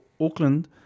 Auckland